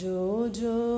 Jojo